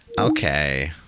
Okay